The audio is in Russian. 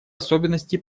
особенности